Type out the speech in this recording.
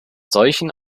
solchen